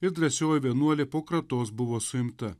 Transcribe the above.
ir drąsioji vienuolė po kratos buvo suimta